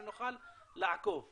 שנוכל לעקוב.